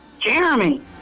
Jeremy